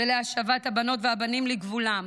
ולהשבת הבנות והבנים לגבולם.